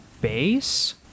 base